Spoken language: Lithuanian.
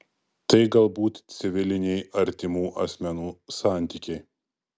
tai galbūt civiliniai artimų asmenų santykiai